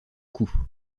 coûts